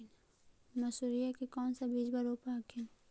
मसुरिया के कौन सा बिजबा रोप हखिन?